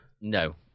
no